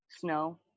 snow